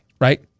right